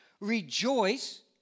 rejoice